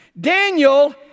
Daniel